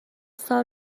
سال